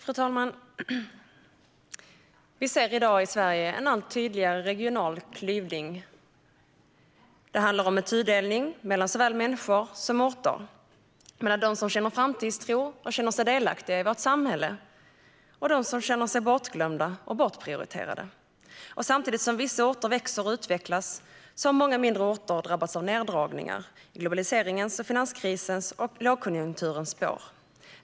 Fru talman! Vi ser i Sverige i dag en allt tydligare regional klyvning. Det handlar om en tudelning mellan såväl människor som orter, mellan dem som känner framtidstro och känner sig delaktiga i vårt samhälle och dem som känner sig bortglömda och bortprioriterade. Samtidigt som vissa orter växer och utvecklas har många mindre orter drabbats av neddragningar i globaliseringens, finanskrisens och lågkonjunkturens spår.